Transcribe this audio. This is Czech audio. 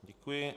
Děkuji.